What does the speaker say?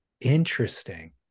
interesting